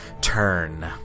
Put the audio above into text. turn